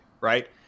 right